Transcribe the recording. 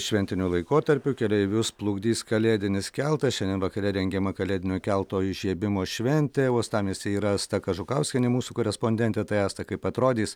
šventiniu laikotarpiu keleivius plukdys kalėdinis keltas šiandien vakare rengiama kalėdinio kelto įžiebimo šventė uostamiestyje yra asta kažukauskienė mūsų korespondentė tai asta kaip atrodys